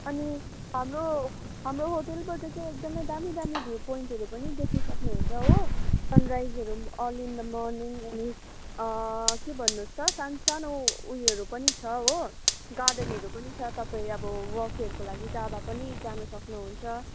अनि हाम्रो हाम्रो होटलबाट चाहिँ एकदमै दामी दामी भ्यू पोइन्टहरू पनि देख्नु सक्नुहुन्छ हो सनरइजहरू अर्ली इन द मर्निङ अनि के भन्नुहोस् त सानसानो उयोहरू पनि छ हो गार्डनहरू पनि छ तपाईँ अब वकहरूको लागि जाँदा पनि जानु सक्नुहुन्छ